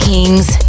Kings